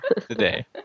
today